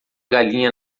galinha